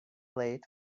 late